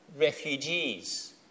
refugees